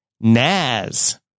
Naz